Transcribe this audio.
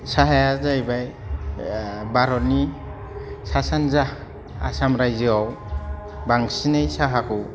साहाया जाहैबाय भारतनि सा सानजा आसाम रायजोआव बांसिनै साहाखौ